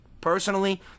Personally